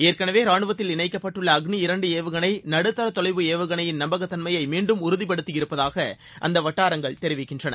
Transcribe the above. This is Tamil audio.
ஏற்கெனவே ராணுவத்தில் இணைக்கப்பட்டுள்ள அக்னி இரண்டு ஏவுகணை நடுத்தா தொலைவு ஏவுகணையின் நம்பகத்தன்மையை மீன்டும் உறுதிப்படுத்தியிருப்பதாக அந்த வட்டாரங்கள் தெரிவிக்கின்றன